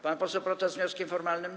Pan poseł Protas z wnioskiem formalnym?